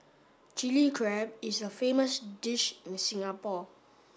Chilli Crab is a famous dish in Singapore